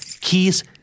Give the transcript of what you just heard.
keys